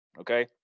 Okay